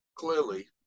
Clearly